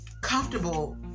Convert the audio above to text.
comfortable